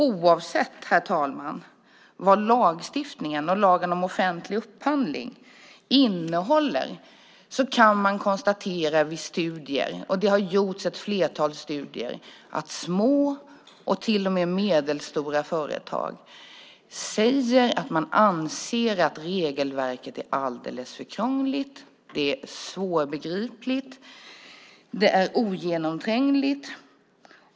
Herr talman! Oavsett vad lagstiftning och lagen om offentlig upphandling innehåller kan man vid studier konstatera - och det har gjorts ett flertal studier - att små och till och med medelstora företag säger att de anser att regelverket är alldeles för krångligt. Det är svårbegripligt och ogenomträngligt.